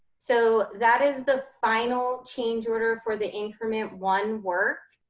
so that is the final change order for the increment one work.